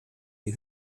die